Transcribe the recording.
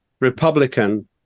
Republican